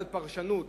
בגלל פרשנות